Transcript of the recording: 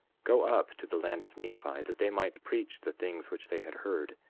go up to the land of nephi that they might preach the things which they had heard,